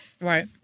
Right